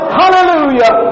hallelujah